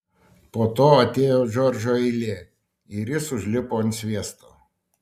po to atėjo džordžo eilė ir jis užlipo ant sviesto